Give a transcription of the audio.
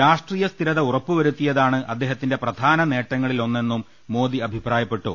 രാഷ്ട്രീയ സ്ഥിരത ഉറപ്പുവരുത്തിയതാണ് അദ്ദേഹത്തിന്റെ പ്രധാന നേട്ടങ്ങളിൽ ഒന്നെന്നും മോദി അഭിപ്രായപ്പെട്ടു